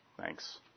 Thanks